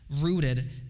rooted